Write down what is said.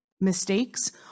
mistakes